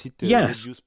Yes